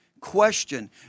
Question